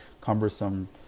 cumbersome